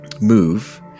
move